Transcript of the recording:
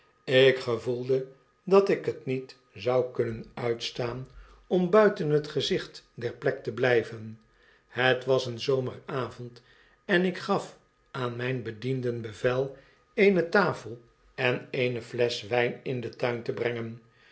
ik gevoelde dat ik het niet zou kunnen uitstaan om buiten het gezicht der plek te blijven het was een zomeravond en ik gaf aan mijn bedienden bevel eene tafel en eene flesch wijn in den tuin te brengen